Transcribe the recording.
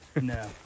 No